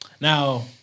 Now